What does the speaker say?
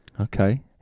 Okay